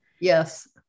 yes